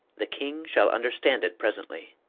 the king shall vnderstand it presently.